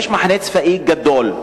יש מחנה צבאי גדול,